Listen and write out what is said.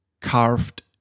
carved